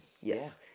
Yes